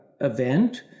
event